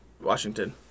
Washington